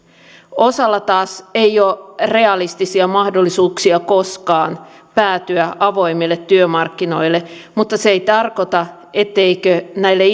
osalla taas ei ole realistisia mahdollisuuksia koskaan päätyä avoimille työmarkkinoille mutta se ei tarkoita etteikö näille